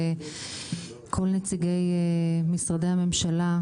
וכל נציגי משרדי הממשלה,